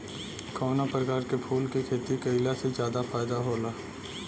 कवना प्रकार के फूल के खेती कइला से ज्यादा फायदा होला?